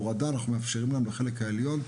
אנחנו עדיין מאפשרים הורדה שלהם בחלק העליון.